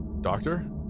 Doctor